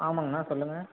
ஆமாங்கண்ணா சொல்லுங்கள்